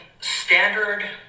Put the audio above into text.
standard